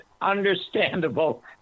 understandable